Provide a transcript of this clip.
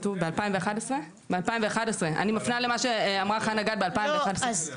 אני מפנה למה שאמרה חנה גד ב-2011.